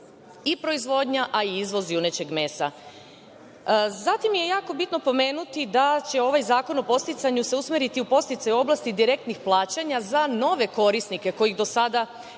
i proizvodnja, a i izvoz junećeg mesa. Zatim je jako bitno pomenuti da će ovaj Zakon o podsticanju se usmeriti u podsticaje u oblasti direktnih plaćanja za nove korisnike koji do sada nisu